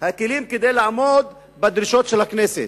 הכלים כדי לעמוד בדרישות של הכנסת,